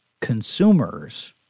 consumers